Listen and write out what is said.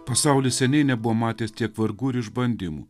pasaulis seniai nebuvo matęs tiek vargų ir išbandymų